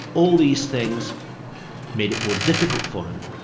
all these things made it more difficult for him,